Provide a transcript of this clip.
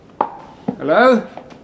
Hello